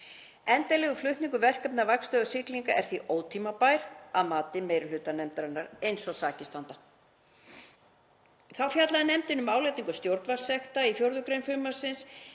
Endanlegur flutningur verkefna vaktstöðvar siglinga er því ótímabær að mati meiri hluta nefndarinnar eins og sakir standa. Þá fjallaði nefndin um álagningu stjórnvaldssekta í 4. gr. frumvarpsins